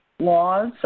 laws